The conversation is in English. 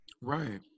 Right